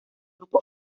grupo